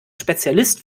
spezialist